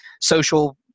social